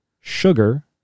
Sugar